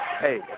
Hey